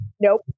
Nope